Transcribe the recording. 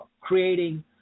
creating